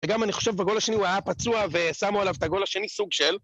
וגם אני חושב בגול השני הוא היה פצוע ושמו עליו את הגול השני, סוג של